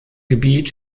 gebiet